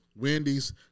Wendy's